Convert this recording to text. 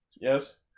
Yes